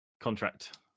contract